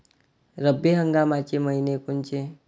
रब्बी हंगामाचे मइने कोनचे?